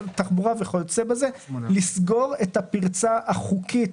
התחבורה וכיו"ב כדי לסגור את הפרצה החוקית